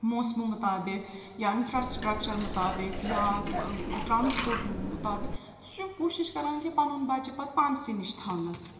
موسمہٕ مُطابِق یا اِنفراسٹرٛکچَر مُطابِق یا ٹرٛانَسپوٹ مُطابِق سُہ چھُ کوٗشِش کَران کہِ پَنُن بَچہِ پَتہٕ پانسٕے نِش تھاونَس